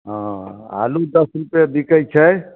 हँ आलू दस रूपये बिकै छै